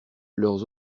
leurs